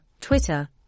Twitter